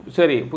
Sorry